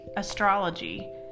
astrology